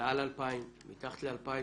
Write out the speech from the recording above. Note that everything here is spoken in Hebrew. מעל 2,000,מתחת ל-2,000,